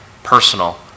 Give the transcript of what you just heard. personal